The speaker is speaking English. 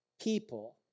people